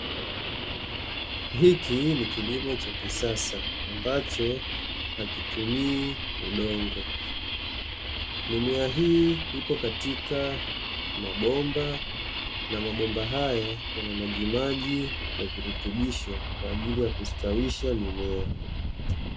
Hiki ni kilimo cha kisasa ambacho hakitumii udongo mimea hii ipo katika mabomba na mabomba haya yana maji maji yaliyo na virutubisho kwa ajili ya kustawisha mimea.